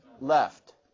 left